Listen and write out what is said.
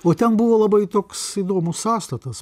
o ten buvo labai toks įdomus sąstatas